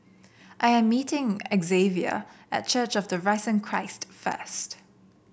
I am meeting Xzavier at Church of the Risen Christ first